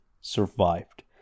survived